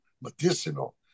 medicinal